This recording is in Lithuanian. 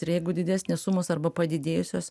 ir jeigu didesnės sumos arba padidėjusios